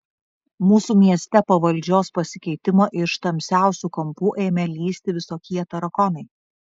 mūsų mieste po valdžios pasikeitimo iš tamsiausių kampų ėmė lįsti visokie tarakonai